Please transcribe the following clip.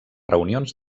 reunions